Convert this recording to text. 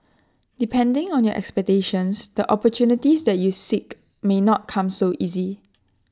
depending on your expectations the opportunities that you seek may not come so easy